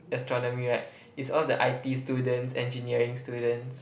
astronomy right it's all the I_T students engineering students